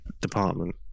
department